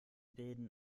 bilden